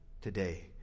today